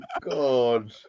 God